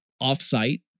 off-site